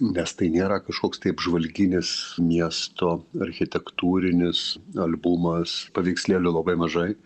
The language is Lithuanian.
nes tai nėra kažkoks tai apžvalginis miesto architektūrinis albumas paveikslėlių labai mažai